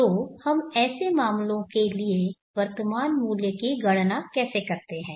तो हम ऐसे मामलों के लिए वर्तमान मूल्य की गणना कैसे करते हैं